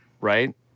Right